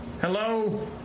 Hello